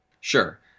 Sure